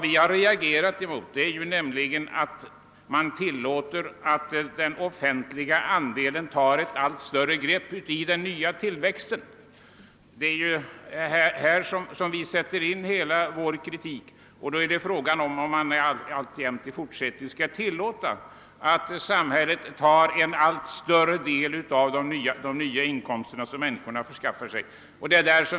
Vi har reagerat mot att den offentliga sektorn tillåts få en allt större del av tillväxten. Här sätter vi in hela vår kritik och frågan är, om man även i fortsättningen skall tillåta samhället ta en allt större del av människornas inkomstökning.